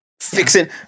Fixing